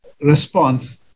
response